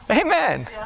Amen